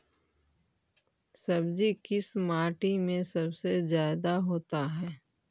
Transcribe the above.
सब्जी किस माटी में सबसे ज्यादा होता है?